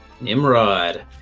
Nimrod